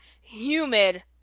humid